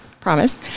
promise